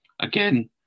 Again